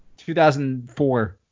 2004